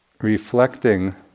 reflecting